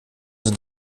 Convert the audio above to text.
sind